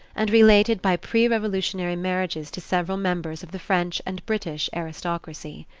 and related by pre-revolutionary marriages to several members of the french and british aristocracy.